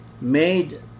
made